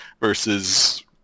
versus